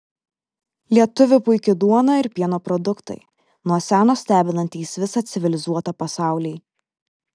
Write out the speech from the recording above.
lietuvių puiki duona ir pieno produktai nuo seno stebinantys visą civilizuotą pasaulį